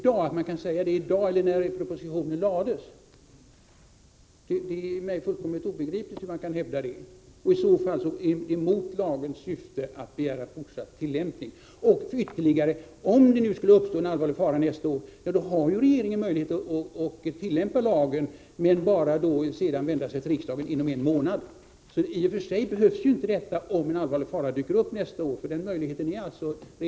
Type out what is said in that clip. Det är fullkomligt obegripligt för mig hur man kan hävda det. I så fall är det mot lagens syfte att begära fortsatt tillämpning. Om det skulle uppstå en allvarlig fara nästa år, då har ju regeringen möjlighet att tillämpa lagen för att sedan vända sig till riksdagen inom en månad — så i och för sig behöver ingen ändring ske.